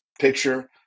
picture